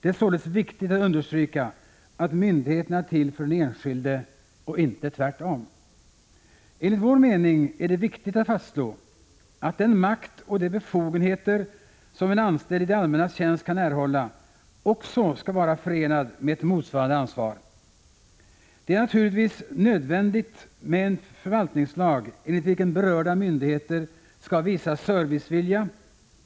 Det är således viktigt att understryka att myndigheterna är till för den enskilde och inte tvärtom. Enligt vår mening är det viktigt att fastslå att den makt och de befogenheter som en anställd i det allmännas tjänst kan erhålla också skall vara förenade med ett motsvarande ansvar. Det är naturligtvis nödvändigt med en förvaltningslag enligt vilken berörda myndigheter skall visa servicevilja,